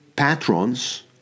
Patrons